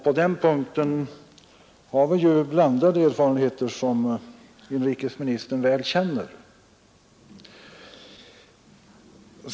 På den punkten har vi blandade erfarenheter som inrikesministern väl känner till.